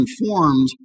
informed